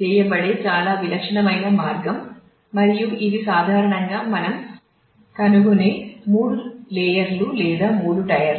చేయబడే చాలా విలక్షణమైన మార్గం మరియు ఇవి సాధారణంగా మనం కనుగొనే మూడు లేయర్లు లేదా మూడు టైర్లు